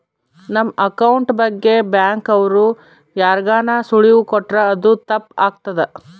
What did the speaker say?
ನಮ್ ಅಕೌಂಟ್ ಬಗ್ಗೆ ಬ್ಯಾಂಕ್ ಅವ್ರು ಯಾರ್ಗಾನ ಸುಳಿವು ಕೊಟ್ರ ಅದು ತಪ್ ಆಗ್ತದ